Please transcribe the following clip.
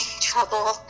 trouble